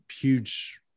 huge